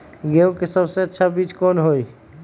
गेंहू के सबसे अच्छा कौन बीज होई?